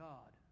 God